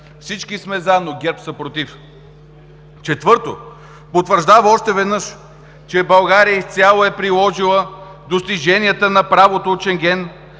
Всички сме за, но ГЕРБ са против.я „- четвърто, потвърждава още веднъж, че България изцяло е приложила достиженията на правото от Шенген,